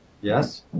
yes